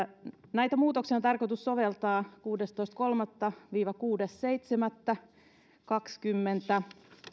näitä muutoksia on tarkoitus soveltaa kuudestoista kolmatta viiva kuudes seitsemättä kaksituhattakaksikymmentä välisenä